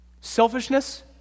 Selfishness